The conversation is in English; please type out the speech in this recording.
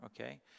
Okay